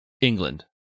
England